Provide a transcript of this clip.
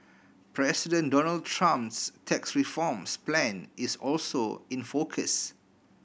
President Donald Trump's tax reforms plan is also in focus